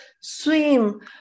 swim